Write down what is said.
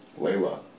Layla